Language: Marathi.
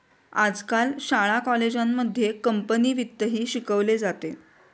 आजकाल शाळा कॉलेजांमध्ये कंपनी वित्तही शिकवले जाते